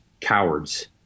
cowards